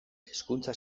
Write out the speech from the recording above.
hezkuntza